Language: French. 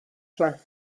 flancs